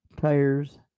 tires